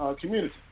community